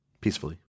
Peacefully